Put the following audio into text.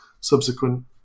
subsequent